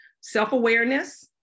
Self-awareness